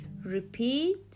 Repeat